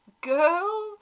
Girl